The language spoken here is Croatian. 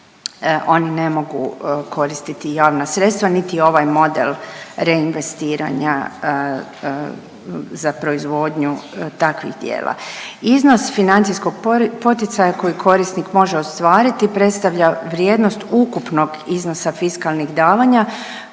Oni ne mogu koristiti javna sredstva niti ovaj model reinvestiranja za proizvodnju takvih djela. Iznos financijskog poticaja koji korisnik može ostvariti predstavlja vrijednost ukupnog iznosa fiskalnih davanja